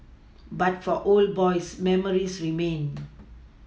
but for old boys memories remain